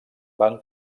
van